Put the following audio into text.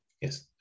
yes